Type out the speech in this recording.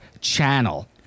channel